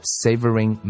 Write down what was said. savoring